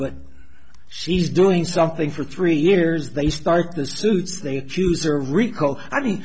but she's doing something for three years they start the suits they choose a recall i mean